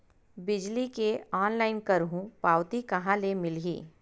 बिजली के ऑनलाइन करहु पावती कहां ले मिलही?